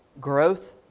growth